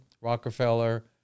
Rockefeller